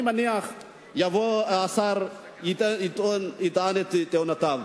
אני מניח שיבוא השר ויטען את טענותיו.